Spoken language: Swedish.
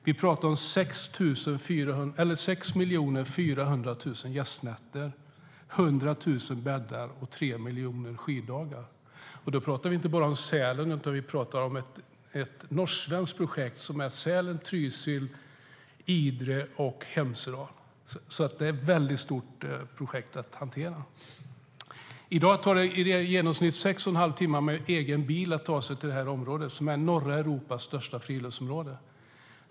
Vi talar om 6 400 000 gästnätter, 100 000 bäddar och 3 miljoner skiddagar. Då talar vi inte bara om Sälen, utan vi talar om ett norsk-svenskt projekt som omfattar Sälen, Trysil, Idre och Hemsedal. Det är alltså ett väldigt stort projekt att hantera. I dag tar det i genomsnitt sex och en halv timme att ta sig med egen bil till det här området, som är norra Europas friluftsområde.